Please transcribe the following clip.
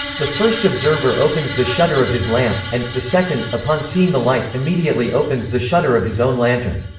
the first observer opens the shutter of his lamp, and, the second, upon seeing the light, immediately opens the shutter of his own lantern.